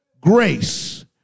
Grace